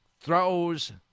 throws